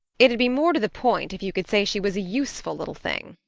it'd be more to the point if you could say she was a useful little thing,